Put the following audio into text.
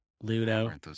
Ludo